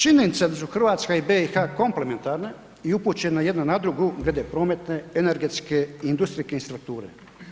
Činjenica da su Hrvatska i BiH komplementarne i upućene jedna na drugu glede prometne, energetske i industrijske infrastrukture.